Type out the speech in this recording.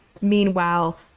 Meanwhile